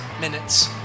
minutes